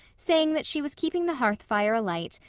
saying that she was keeping the hearth-fire alight,